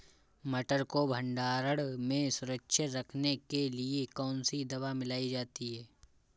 मटर को भंडारण में सुरक्षित रखने के लिए कौन सी दवा मिलाई जाती है?